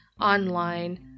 Online